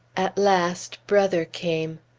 at last brother came.